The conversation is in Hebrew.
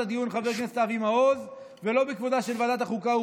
הדיון חבר הכנסת אבי מעוז ולא בכבודה של ועדת החוקה.